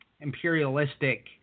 imperialistic